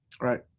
Right